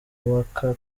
waka